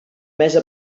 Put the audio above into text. mesa